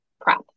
prep